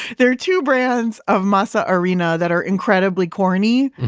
there are two brands of masa harina that are incredibly corny,